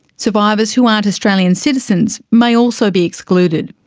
survivors who aren't australian citizens may also be excluded.